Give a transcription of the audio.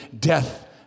death